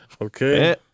okay